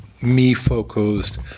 me-focused